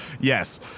Yes